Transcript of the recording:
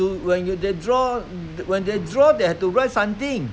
you when they draw when they draw they have to write something